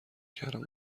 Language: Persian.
کردم